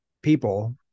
people